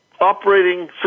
operating